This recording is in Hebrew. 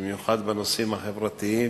במיוחד בנושאים החברתיים,